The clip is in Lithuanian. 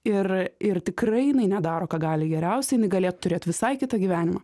ir ir tikrai jinai nedaro ką gali geriausiai jinai galėtų turėt visai kitą gyvenimą